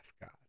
God